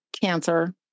Cancer